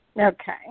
Okay